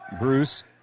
Bruce